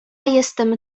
jestem